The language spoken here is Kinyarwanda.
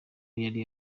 yari